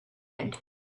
happen